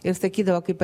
ir sakydavo kaip